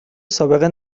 سابقه